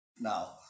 now